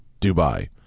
Dubai